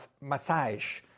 massage